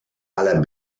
aller